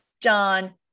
John